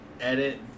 edit